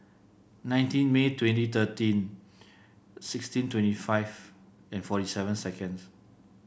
nineteen May twenty thirteen sixteen twenty five and forty seven seconds